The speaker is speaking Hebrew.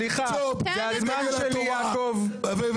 סליחה, זה הזמן שלי, יעקב.